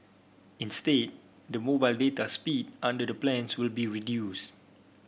instead the mobile data speed under the plans will be reduced